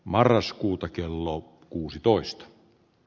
marraskuuta kello kuusitoista b